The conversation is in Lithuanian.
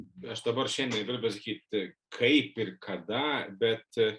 aš dabar šiandien negaliu pasakyti kaip ir kada bet